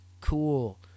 cool